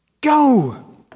go